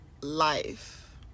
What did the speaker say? life